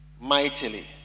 mightily